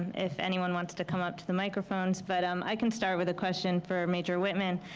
if anyone wants to come up to the microphones, but um i can start with a question for major whitman.